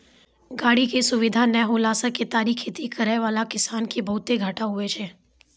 गाड़ी के सुविधा नै होला से केतारी खेती करै वाला किसान के बहुते घाटा हुवै छै